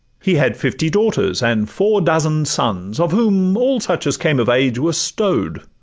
he had fifty daughters and four dozen sons, of whom all such as came of age were stow'd,